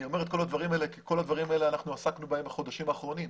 אני אומר את כל הדברים האלה כי בכל הדברים האלה עסקנו בחודשים האחרונים.